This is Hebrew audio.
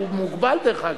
הוא מוגבל, דרך אגב.